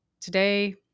today